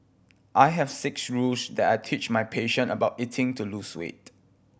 I have six rules that I teach my patient about eating to lose weight